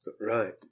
right